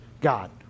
God